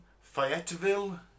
Fayetteville